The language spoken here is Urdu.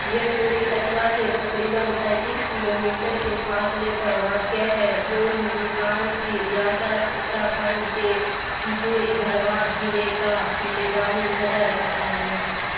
یہ پوڑی قصبہ سے تقریباً پینتیس کلو میٹر کے فاصلے پر واقع ہے جو ہندوستان کی ریاست اتراکھنڈ کے پوڑی گھڑوال ضلعے کا انتظامی صدر مقام ہے